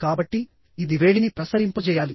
కాబట్టి ఇది వేడిని ప్రసరింపజేయాలి